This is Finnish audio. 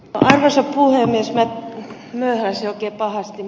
minä laitoin ed